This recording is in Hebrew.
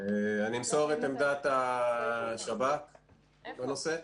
אמסור את עמדת השב"כ בנושא.